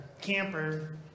camper